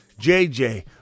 jj